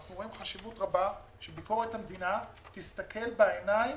אנחנו רואים חשיבות רבה שביקורת המדינה תסתכל בעיניים